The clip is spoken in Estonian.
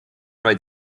vaid